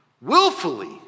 willfully